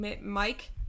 Mike